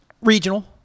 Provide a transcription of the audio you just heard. Regional